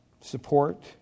support